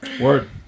Word